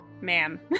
ma'am